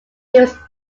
was